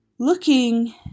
Looking